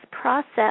process